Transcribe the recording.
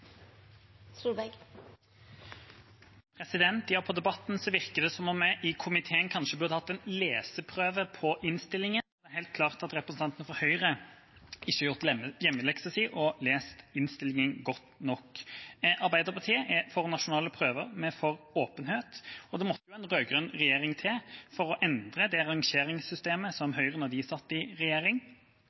helt klart at representantene fra Høyre ikke har gjort hjemmeleksen sin og lest innstillinga godt nok. Arbeiderpartiet er for nasjonale prøver. Vi er for åpenhet, og det måtte en rød-grønn regjering til for å endre det rangeringssystem som Høyre, da de sitt i regjering,